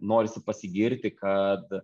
norisi pasigirti kad